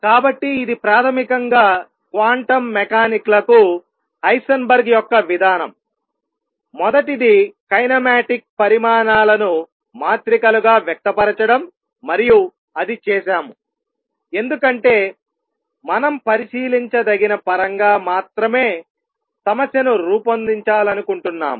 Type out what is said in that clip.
కాబట్టి ఇది ప్రాథమికంగా క్వాంటం మెకానిక్లకు హైసెన్బర్గ్ యొక్క విధానంమొదటిది కైనమాటిక్ పరిమాణాలను మాత్రికలుగా వ్యక్తపరచడం మరియు అది చేశాము ఎందుకంటే మనం పరిశీలించదగిన పరంగా మాత్రమే సమస్యను రూపొందించాలనుకుంటున్నాము